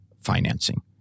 financing